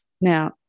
Now